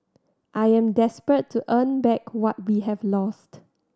I am desperate to earn back what we have lost